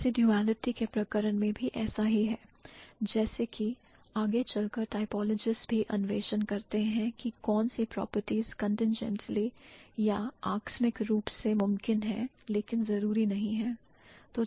Residuality के प्रकरण में भी ऐसा ही है जैसे कि आगे चलकर typologists भी अन्वेषण करते हैं कि कौन सी प्रॉपर्टीस contingently या आकस्मिक रूप से मुमकिन हैं लेकिन जरूरी नहीं हैं